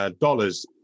dollars